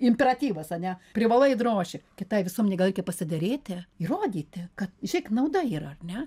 imperatyvas ane privalai i droši kitai visuomenei gal reikia pasiderėti įrodyti kad žėk nauda yra ane